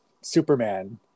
Superman